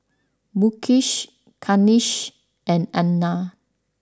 Mukesh Kanshi and Anand